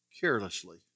carelessly